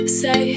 say